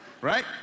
Right